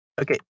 Okay